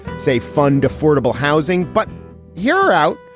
say, fund affordable housing but you're out.